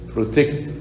protect